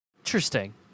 Interesting